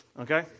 Okay